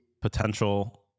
potential